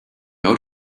out